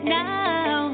now